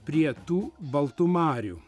prie tų baltų marių